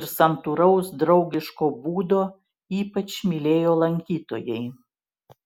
ir santūraus draugiško būdo ypač mylėjo lankytojai